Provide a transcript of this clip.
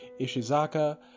Ishizaka